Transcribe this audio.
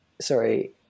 sorry